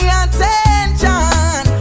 attention